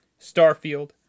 Starfield